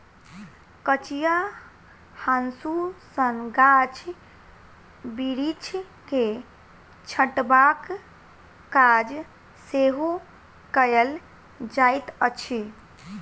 कचिया हाँसू सॅ गाछ बिरिछ के छँटबाक काज सेहो कयल जाइत अछि